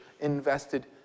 invested